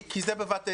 כי זה בבת עיננו.